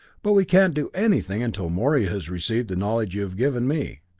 but we can't do anything until morey has received the knowledge you've given me.